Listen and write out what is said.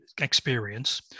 experience